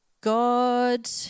God